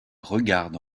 regarde